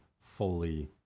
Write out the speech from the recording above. fully